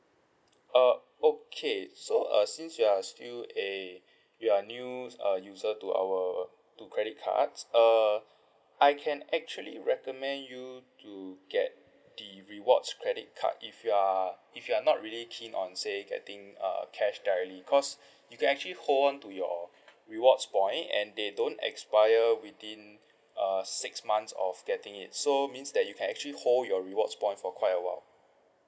uh okay so uh since you are still a you are new uh user to our to credit cards uh I can actually recommend you to get the rewards credit card if you are if you are not really keen on say getting uh cash directly cause you can actually hold on to your rewards point and they don't expire within uh six months of getting it so means that you can actually hold your rewards point for quite a while